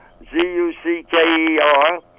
Z-U-C-K-E-R